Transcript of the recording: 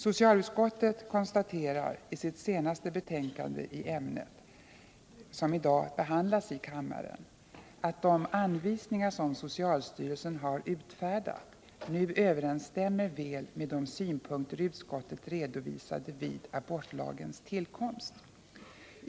Socialutskottet konstaterar i sitt senaste betänkande i ämnet , som i dag behandlas i kammaren, att de anvisningar som socialstyrelsen har utfärdat nu överensstämmer väl med de synpunkter utskottet redovisade vid abortlagens tillkomst.